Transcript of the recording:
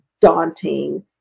daunting